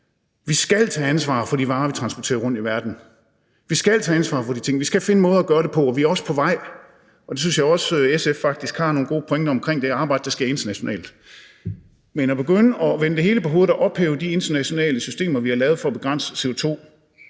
Vi skal tage ansvar for de varer, vi transporterer rundt i verden – vi skal tage ansvar for de ting. Vi skal finde måder at gøre det på, og vi er også på vej. Og jeg synes faktisk også, at SF har nogle gode pointer omkring det arbejde, der sker internationalt. Men at begynde at vende det hele på hovedet og ophæve de internationale systemer, vi har lavet for at begrænse